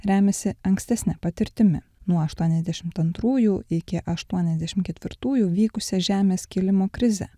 remiasi ankstesne patirtimi nuo aštuoniasdešimt antrųjų iki aštuoniasdešim ketvirtųjų vykusią žemės kilimo krizę